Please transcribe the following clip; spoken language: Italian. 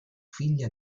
figlia